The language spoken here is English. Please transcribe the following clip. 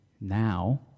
now